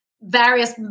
various